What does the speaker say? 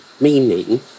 meaning